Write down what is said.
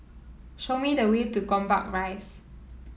show me the way to Gombak Rise